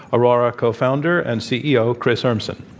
aurora co-founder and ceo, chris urmson.